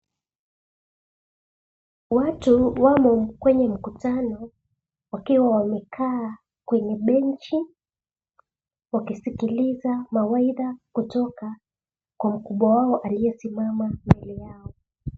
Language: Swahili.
Watu wamo kwenye mkutano wakiwa wamekaa kwenye benchi wakiskiliza mawaidha kutoka kwa mkubwa wao aliyesimama mbele yao.